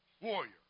warrior